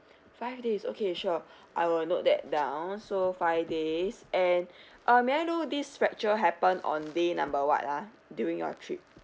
five days okay sure I will note that down so five days and uh may I know this fracture happened on day number what ah during your trip